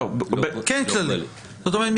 זאת אומרת,